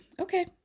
okay